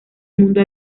mundo